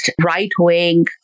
right-wing